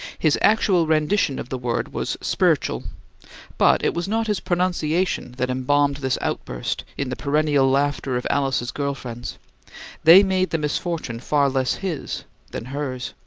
his actual rendition of the word was spirichul but it was not his pronunciation that embalmed this outburst in the perennial laughter of alice's girl friends they made the misfortune far less his than hers.